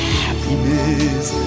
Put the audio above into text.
happiness